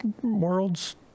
worlds